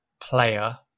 player